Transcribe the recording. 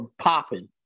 popping